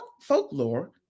folklore